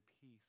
peace